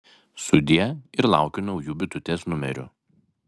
sudie ir laukiu naujų bitutės numerių